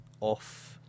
off